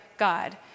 God